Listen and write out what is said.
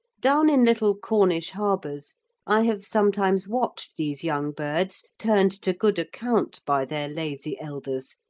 down in little cornish harbours i have sometimes watched these young birds turned to good account by their lazy elders,